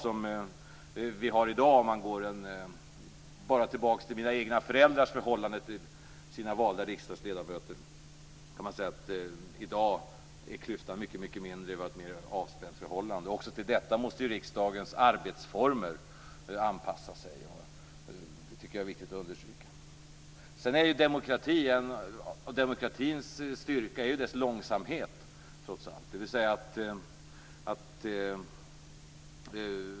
Om man går tillbaka bara till mina egna föräldrars förhållande till sina valda riksdagsledamöter kan man vid en jämförelse säga att klyftan i dag är mycket mindre och att vi har ett mer avspänt förhållande. Också till detta måste riksdagens arbetsformer anpassa sig. Det tycker jag är viktigt att understryka. Demokratins styrka är trots allt dess långsamhet.